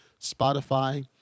Spotify